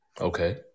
Okay